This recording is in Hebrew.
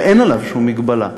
ואין עליו שום הגבלה.